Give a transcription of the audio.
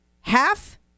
Half